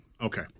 Okay